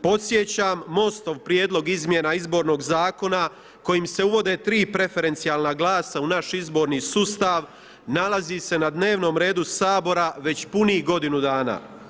Podsjećam, MOST-ov Prijedlog izmjena izbornog zakona kojim se uvode 3 preferencijalna glasa u naš izborni sustav nalazi se na dnevnom redu Sabora već punih godinu dana.